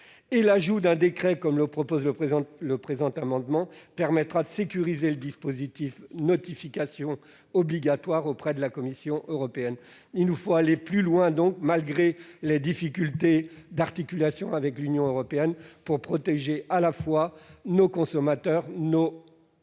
l'ajout d'un décret tel que visé par le présent amendement permettra de sécuriser le dispositif par la notification obligatoire auprès de la Commission européenne. Il nous faut donc aller plus loin, malgré les difficultés d'articulation avec l'Union européenne, afin de protéger à la fois nos consommateurs, nos producteurs